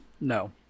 No